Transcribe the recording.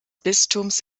bistums